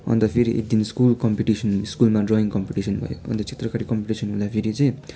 अन्त फेरि एक दिन स्कुल कम्पिटिसन स्कुलमा ड्रइङ् कम्पिटिसन भयो अन्त चित्रकारी कम्पिटिसन हुँदै फेरि चाहिँ